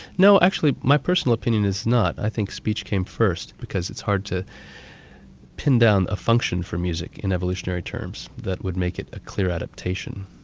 no, actually my personal opinion is it's not. i think speech came first, because it's hard to pin down a function for music in evolutionary terms that would make it a clear adaptation.